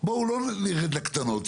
בואו לא נרד לקטנות,